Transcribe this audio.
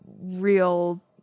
real